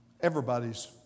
everybody's